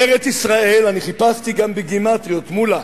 ארץ-ישראל, אני חיפשתי גם בגימטריות, מולה.